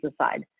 aside